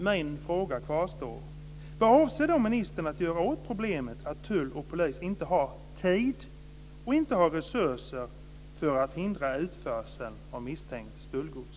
Min fråga kvarstår: Vad avser ministern att göra åt problemet att tull och polis inte har tid och resurser att hindra utförseln av misstänkt stöldgods?